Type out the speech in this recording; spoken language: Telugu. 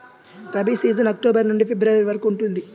రబీ సీజన్ అక్టోబర్ నుండి ఫిబ్రవరి వరకు ఉంటుంది